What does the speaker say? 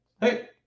Hey